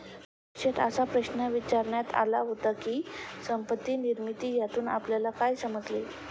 परीक्षेत असा प्रश्न विचारण्यात आला होता की, संपत्ती निर्मिती यातून आपल्याला काय समजले?